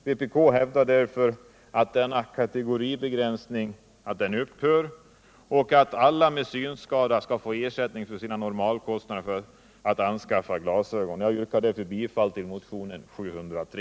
Vpk hävdar att denna kategoribegränsning skall upphöra och att alla med synskada skall få ersättning för sina normalkostnader föratt anskaffa glasögon. Jag yrkar därför bifall till motionen 703.